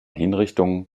hinrichtungen